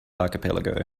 archipelago